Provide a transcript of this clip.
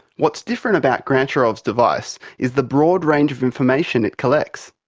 what's different about grantcharov's device is the broad range of information it collects.